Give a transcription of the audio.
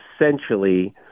essentially